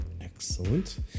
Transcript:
excellent